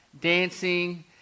dancing